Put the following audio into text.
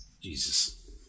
Jesus